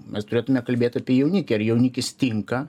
mes turėtume kalbėt apie jaunikį ar jaunikis tinka